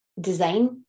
design